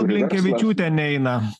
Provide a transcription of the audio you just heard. blinkevičiūtė neina